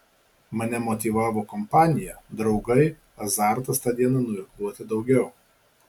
mane motyvavo kompanija draugai azartas tą dieną nuirkluoti daugiau